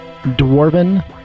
dwarven